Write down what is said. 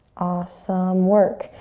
awesome work.